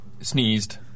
sneezed